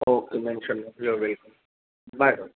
okay mention note you're welcome bye